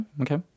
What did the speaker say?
okay